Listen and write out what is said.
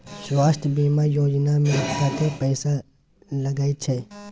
स्वास्थ बीमा योजना में कत्ते पैसा लगय छै?